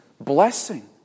blessing